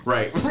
Right